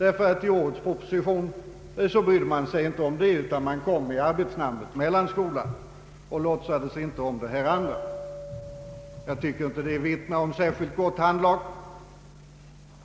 I årets proposition brydde man sig inte om det utan använde arbetsnamnet ”mellanskola” och låtsades inte om det andra. Jag tycker inte att det vittnar om särskilt gott handlag.